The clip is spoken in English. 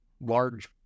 large